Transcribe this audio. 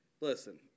Listen